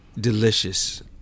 delicious